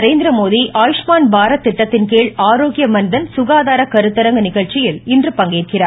நரேந்திரமோடி ஆபுஷ்மான் பாரத் திட்டத்தின் கீழ் ஆரோக்கிய மன்தன் சுகாதார கருத்தரங்கு நிகழ்ச்சியில் இன்று பங்கேற்கிறார்